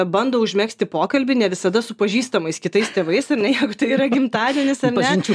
bando užmegzti pokalbį ne visada su pažįstamais kitais tėvais ar ne jeigu tai yra gimtadienis ar ne